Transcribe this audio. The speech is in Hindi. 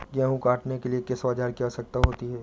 गेहूँ काटने के लिए किस औजार की आवश्यकता होती है?